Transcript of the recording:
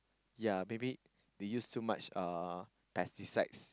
yea maybe they use too much uh pesticides